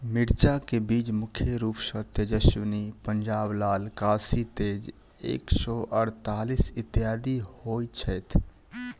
मिर्चा केँ बीज मुख्य रूप सँ तेजस्वनी, पंजाब लाल, काशी तेज एक सै अड़तालीस, इत्यादि होए छैथ?